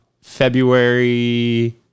February